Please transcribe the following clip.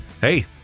Hey